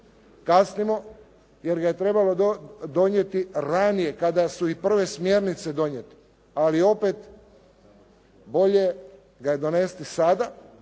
Kasnimo, jer ga je trebalo donijeti ranije kada su i prve smjernice donijete, ali opet bolje ga je donesti sada